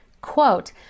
quote